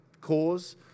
cause